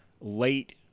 late